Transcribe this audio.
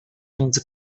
między